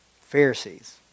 Pharisees